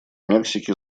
мексики